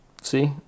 See